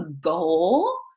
goal